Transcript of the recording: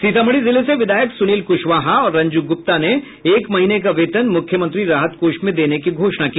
सीतामढ़ी जिले से विधायक सुनील कुशवाहा और रंजू गीता ने एक महीने का वेतन मुख्यमंत्री राहत कोष में देने की घोषणा की